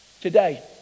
Today